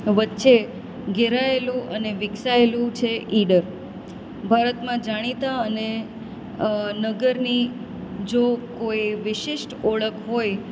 વચ્ચે ઘેરાયેલું અને વિકસાયેલું છે ઈડર ભારતમાં જાણીતા અને નગરની જો કોઈ વિશિષ્ટ ઓળખ હોય